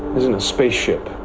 isn't a spaceship,